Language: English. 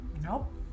Nope